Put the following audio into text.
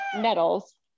nettles